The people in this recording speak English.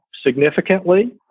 significantly